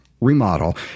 remodel